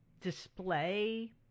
display